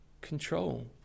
control